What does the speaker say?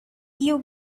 you